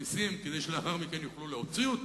שמכניסים כדי שלאחר מכן יוכלו להוציא אותן.